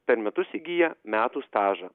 per metus įgyja metų stažą